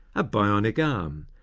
a bionic ah um